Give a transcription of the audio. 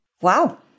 Wow